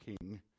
king